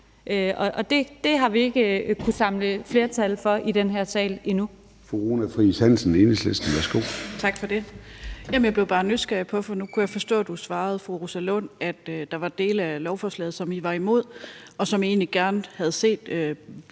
det har vi ikke kunnet samle flertal for i den her sal endnu.